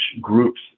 groups